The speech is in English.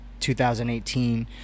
2018